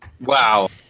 Wow